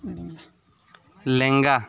ᱞᱮᱝᱜᱟ